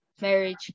marriage